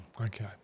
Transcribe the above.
Okay